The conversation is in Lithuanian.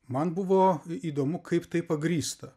man buvo įdomu kaip tai pagrįsta